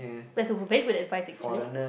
that's very good advice actually